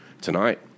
tonight